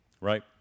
Right